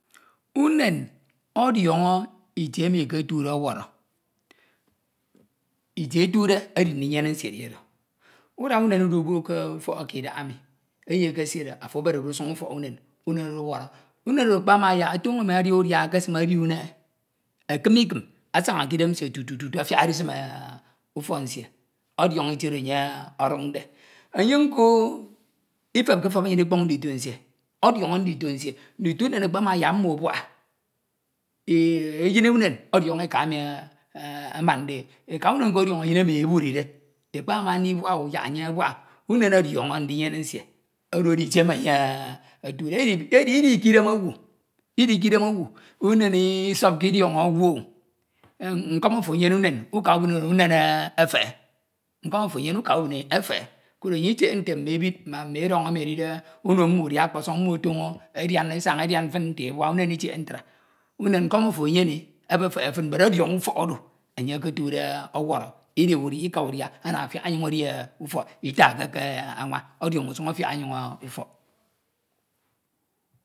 Umen ọdiọñọ itie emi eketude ọwọrọ itie etude edi ndinyene nsie edi oro, uda unen udubok k’ufọk eke idahaemi, eyi ekesiere afo eberede usuñ ufọk unen, unen oro ọwọrọ, unen oro akpana yak otono mi adia udia ekesun ebi unehe, ekim ikim asaña kidem nsie tutu afiak edism ufọk nsie, odiọñọ itie emi enye oduñde, enya ifepkefep anyin ikpọñ ndito nsie, ọdiọña ndito nsie, ndito unen akpamse yak mmo abucha, eyin unen ọdiọñọ eka emi amaude e, eka oro nko ọdiọñọ eyin emi enye ebunide, ekpamama ndibuak o yak enye abuak unen ọdiọñọ ndinyene nsie oro edi atie emi enye otude edi. Idi kidem owu, unen isọpke idiọñọ owu o nkọm ofo anyene unen, uka ubine unen, efehe, nkọm ofo enyere e ukabiñe e efehe, koro enye itiche nte mme ebid ma edọñ emi edide uno mmo udia ọkpọsọñ mmo etoño edian fín nte ebua, umen itiche ntro, unem nkọm afo enyene efefche fin but ọdiọñọ ufọk oro enye okotude ọwọrọ, idia udia ika udia ana enye afiak onyọñ edi ufọk itakke ke anwa ọdiọñ usuñ afiak onyọñ ufọk